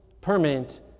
permanent